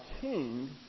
king